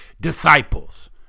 disciples